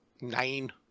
Nine